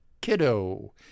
Kiddo